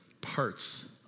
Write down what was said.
parts